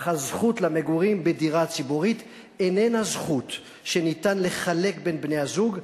אך הזכות למגורים בדירה הציבורית איננה זכות שניתן לחלק בין בני-הזוג,